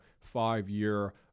five-year